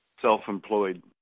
self-employed